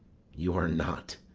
you are naught,